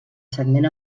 segment